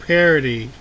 Parody